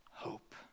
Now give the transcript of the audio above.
hope